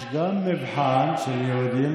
יש גם מבחן של יהודים,